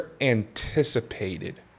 anticipated